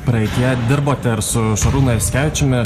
praeityje dirbote ir su šarūnu jasikevičiumi